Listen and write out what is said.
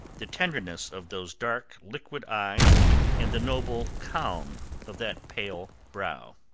the tenderness of those dark, liquid eyes and the noble calm of that pale brow.